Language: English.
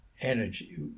energy